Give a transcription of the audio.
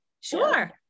sure